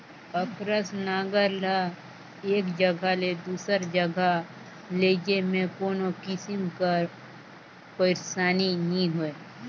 अकरस नांगर ल एक जगहा ले दूसर जगहा लेइजे मे कोनो किसिम कर पइरसानी नी होए